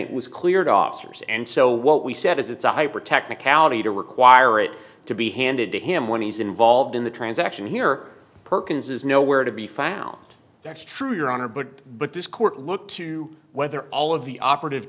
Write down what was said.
it was cleared officers and so what we said is it's a hyper technicality to require it to be handed to him when he's involved in the transaction here perkins is nowhere to be found that's true your honor but but this court looked to whether all of the operative